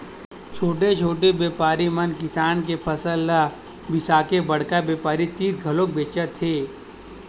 छोटे छोटे बेपारी मन किसान के फसल ल बिसाके बड़का बेपारी तीर घलोक बेचथे